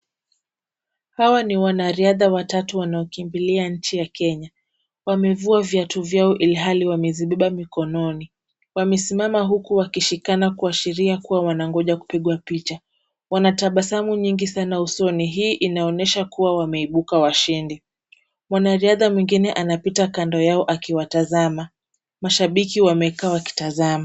Hawa ni wanariadha watatu wanaokimbilia nchi ya Kenya, wamevua viatu vyao ilhali wamezibeba mikononi, wamesimama huku wakishikana kuashiria kuwa wanangoja kupigwa picha, wanatabasamu nyingi sana usoni, hii inaonyesha kuwa wameibuka washindi, mwanariadha mwingine anapita kando yao akiwatazama, mashabiki wamekaa wakitazama.